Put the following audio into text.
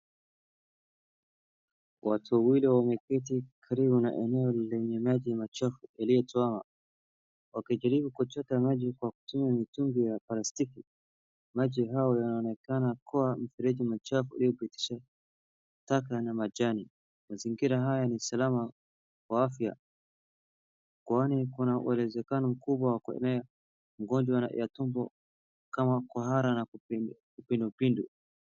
Watu wawili wameketi karibu na eneo lenye maji machafu wakijaribu kuchota maji kwa mtoni ma mtungi ya plastiki maji hayo yanaonekana kuwa mfereji machafu ya kupitisha taka na majani mazingira haya ni salama kwa afya kwani kuna uwezekano kubwa wa kuenea kwa ugonjwa ya tumbo kama kuhara na kipindupindu.